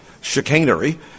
chicanery